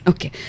Okay